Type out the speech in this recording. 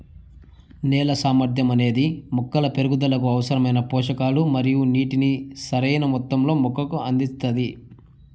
నేల సామర్థ్యం అనేది మొక్కల పెరుగుదలకు అవసరమైన పోషకాలు మరియు నీటిని సరైణ మొత్తంలో మొక్కకు అందిస్తాది